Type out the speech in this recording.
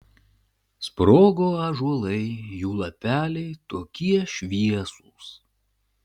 sprogo ąžuolai jų lapeliai tokie šviesūs